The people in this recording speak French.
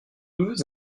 deux